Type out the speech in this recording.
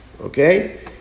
Okay